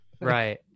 Right